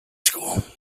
school